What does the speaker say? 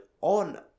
on